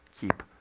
keep